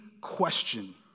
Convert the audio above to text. question